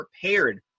prepared